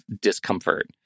discomfort